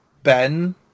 Ben